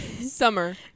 Summer